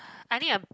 I think I